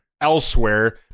elsewhere